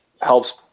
helps